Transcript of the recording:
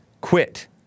quit